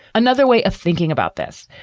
another way of thinking about this.